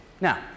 Now